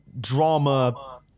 drama